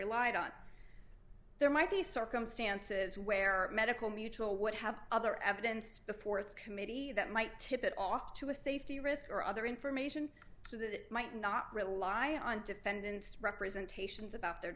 relied on there might be circumstances where medical mutual would have other evidence before its committee that might tip it off to a safety risk or other information so that it might not rely on defendant's representations about their